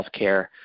healthcare